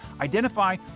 Identify